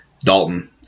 Dalton